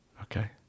Okay